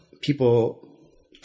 people